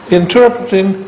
interpreting